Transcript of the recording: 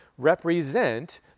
represent